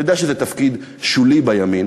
אני יודע שזה תפקיד שולי בימין,